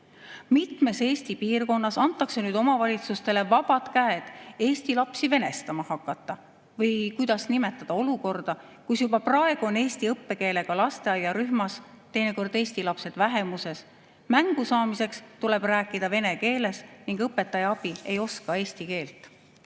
Mitmes Eesti piirkonnas antakse omavalitsustele vabad käed eesti lapsi venestama hakata. Või kuidas nimetada olukorda, kus juba praegu on eesti õppekeelega lasteaiarühmas teinekord eesti lapsed vähemuses, mängu saamiseks tuleb rääkida vene keeles ning õpetaja abi ei oska eesti keelt?